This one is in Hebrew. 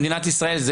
במדינת ישראל,